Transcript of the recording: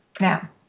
Now